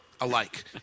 alike